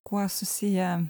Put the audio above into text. kuo susiję